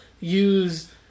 use